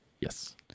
yes